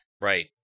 right